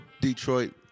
Detroit